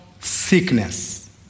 sickness